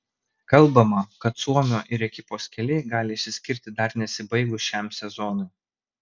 kalbama kad suomio ir ekipos keliai gali išsiskirti dar nesibaigus šiam sezonui